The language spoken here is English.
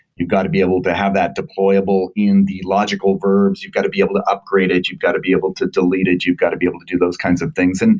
you got to be able to have that deployable in the logical verbs. you got to be able to upgrade it. you got to be able to delete it. you got to be able to do those kinds of things. and